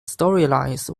storylines